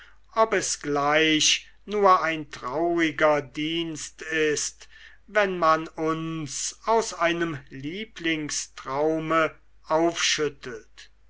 ob es gleich nur ein trauriger dienst ist wenn man uns aus einem lieblingstraume aufschüttelt